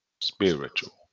Spiritual